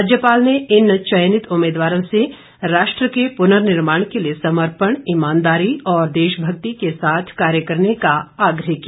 राज्यपाल ने इन चयनित उम्मीदवारों से राष्ट्र के पुनर्निर्माण के लिए समर्पण ईमानदारी और देशभक्ति के साथ कार्य करने का आग्रह किया